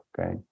okay